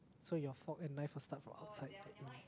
so your fork and knife will start from outside then in